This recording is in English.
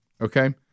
Okay